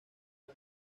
del